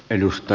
en usko